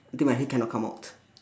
until my head cannot come out